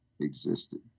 existed